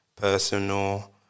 Personal